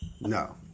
No